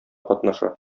катнаша